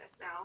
now